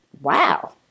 wow